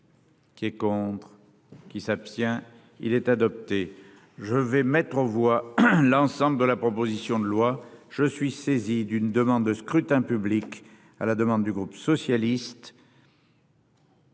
Qui est contre qui s'abstient. Il est adopté. Je vais mettre aux voix l'ensemble de la proposition de loi, je suis saisi d'une demande de scrutin public. À la demande du groupe socialiste.